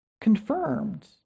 confirmed